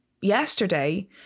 yesterday